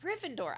Gryffindor